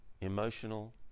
emotional